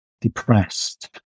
depressed